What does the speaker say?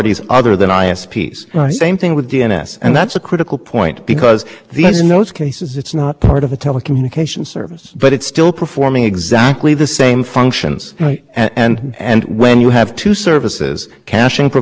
caching provided by us caching provided by somebody else d m s provided by us d n a is provided by someone else if they are performing exactly the same functions in conjunction with exactly the same service it can't be that they're telecommunications management with respect to one service and